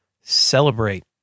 Celebrate